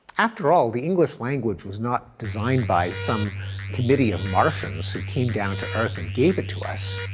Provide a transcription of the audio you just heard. after all, the english language was not designed by some committee of martians who came down to earth and gave it to us.